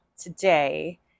today